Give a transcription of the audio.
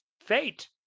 fate